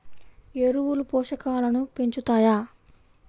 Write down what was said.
ఎరువులు పోషకాలను పెంచుతాయా?